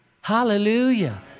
Hallelujah